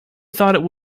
thought